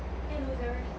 !hey! loser